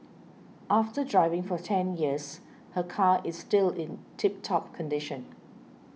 after driving for ten years her car is still in tip top condition